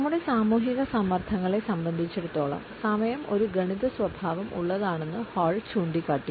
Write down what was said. നമ്മുടെ സാമൂഹിക സമ്മർദ്ദങ്ങളെ സംബന്ധിച്ചിടത്തോളം സമയം ഒരു ഗണിത സ്വഭാവം ഉള്ളതാണെന്ന് ഹാൾ ചൂണ്ടിക്കാട്ടി